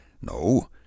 no